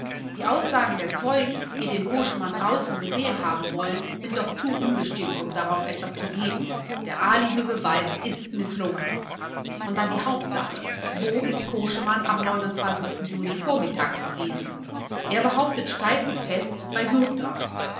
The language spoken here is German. die aussagen der zeugen die den koschemann draußen gesehen haben wollen sind doch zu unbestimmt um darauf etwas zu geben der alibibeweis ist mißlungen und dann die hauptsache wo ist koschemann am juni vormittags gewesen er behauptet steif und fest bei